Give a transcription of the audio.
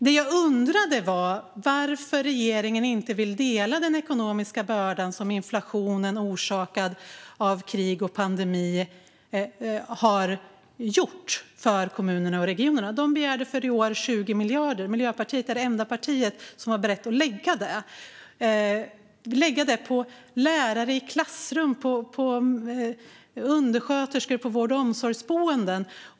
Det jag undrade var varför regeringen inte vill dela den ekonomiska börda som inflationen, orsakad av krig och pandemi, har skapat för kommuner och regioner. De begärde för i år 20 miljarder. Miljöpartiet är det enda parti som var berett att lägga denna summa - på lärare i klassrum eller undersköterskor på vård och omsorgsboenden.